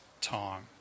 time